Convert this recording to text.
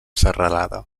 serralada